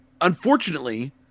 Unfortunately